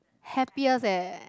happiest eh